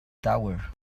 tower